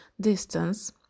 distance